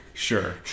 Sure